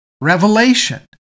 revelation